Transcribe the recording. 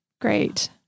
Great